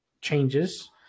changes